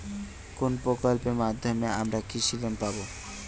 কোন প্রকল্পের মাধ্যমে আমরা কৃষি লোন পাবো?